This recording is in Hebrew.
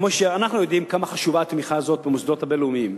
ואנחנו יודעים כמה חשובה התמיכה הזאת במוסדות הבין-לאומיים.